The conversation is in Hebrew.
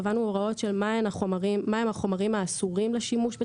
קבענו הוראות של מהם החומרים האסורים לשימוש בתמרוקים,